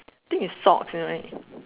think is socks